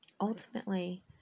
ultimately